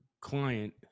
client